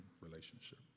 relationship